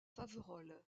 faverolles